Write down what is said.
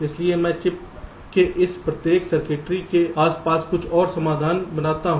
इसलिए मैं चिप के इस प्रत्येक सर्किट्री के आसपास कुछ और साधन बनाता हूं